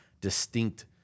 distinct